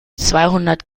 zweihundert